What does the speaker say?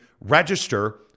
register